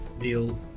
Neil